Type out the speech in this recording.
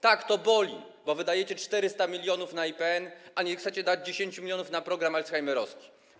Tak, to boli, bo wydajecie 400 mln na IPN, a nie chcecie dać 10 mln na program alzheimerowski.